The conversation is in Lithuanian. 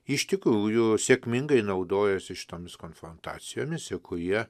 iš tikrųjų sėkmingai naudojasi šitomis konfrontacijomis i kurie